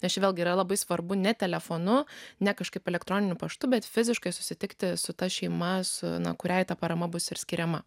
tačiau vėlgi yra labai svarbu ne telefonu ne kažkaip elektroniniu paštu bet fiziškai susitikti su ta šeima su na kuriai ta parama bus skiriama